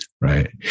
right